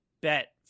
bet